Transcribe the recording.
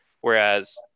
Whereas